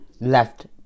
left